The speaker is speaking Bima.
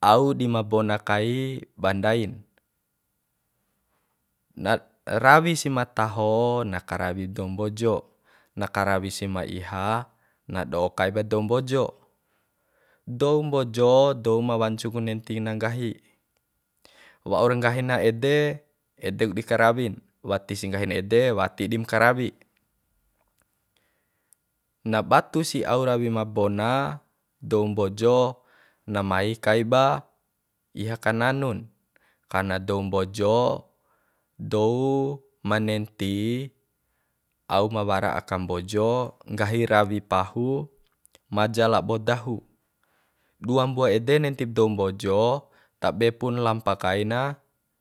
au dima bona kai ba ndain na rawi si ma taho na karawi dou mbojo na karawi si ma iha na do kaiba dou mbojo dou mbojo dou ma wancu ku nenti na nggahi waura nggahi na ede edek di karawi na wati si nggahin ede wati dim karawi na batu si au rawi ma bona dou mbojo na mai kai ba iha kananun kana dou mbojo dou ma nenti au ma wara aka mbojo nggahi rawi pahu maja labo dahu dua mbua ede nentib dou mbojo ta be pun lampa kai na